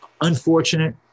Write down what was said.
unfortunate